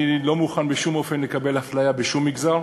אני לא מוכן בשום אופן לקבל אפליה בשום מגזר.